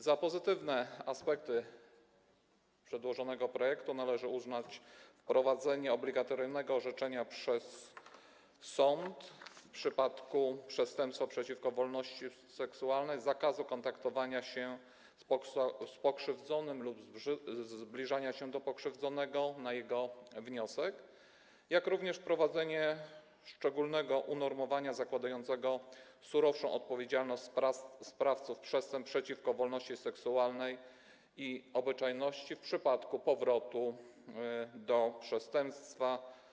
Za pozytywne aspekty przedłożonego projektu należy uznać wprowadzenie obligatoryjnego orzeczenia przez sąd w przypadku przestępstwa przeciwko wolności seksualnej zakazu kontaktowania się z pokrzywdzonym lub zbliżania się do pokrzywdzonego na jego wniosek, jak również wprowadzenie szczególnego unormowania zakładającego surowszą odpowiedzialność sprawców przestępstw przeciwko wolności seksualnej i obyczajności w przypadku powrotu do przestępstwa.